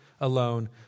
alone